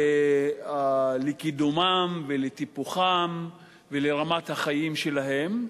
לקידומם, לטיפוחם ולרמת החיים שלהם,